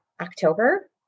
October